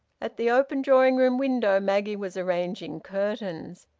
at the open drawing-room window, maggie was arranging curtains.